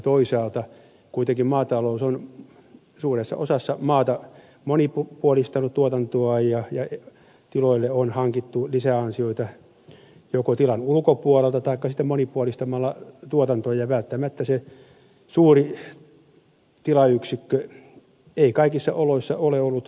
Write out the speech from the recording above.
toisaalta kuitenkin maatalous on suuressa osassa maata monipuolistanut tuotantoa ja tiloille on hankittu lisäansioita joko tilan ulkopuolelta taikka sitten monipuolistamalla tuotantoa ja välttämättä se suuri tilayksikkö ei kaikissa oloissa ole ollut mahdollinen